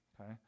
okay